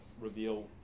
reveal